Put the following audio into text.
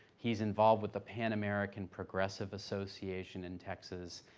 he's involved with the pan-american progressive association in texas,